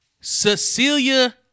Cecilia